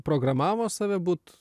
programavo save būt